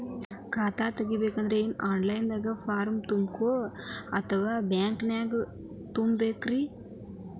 ಖಾತಾ ತೆಗಿಬೇಕಂದ್ರ online ದಾಗ ಫಾರಂ ತುಂಬೇಕೊ ಅಥವಾ ಬ್ಯಾಂಕನ್ಯಾಗ ತುಂಬ ಬೇಕ್ರಿ?